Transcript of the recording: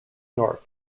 north